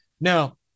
Now